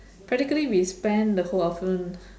practically we spend the whole afternoon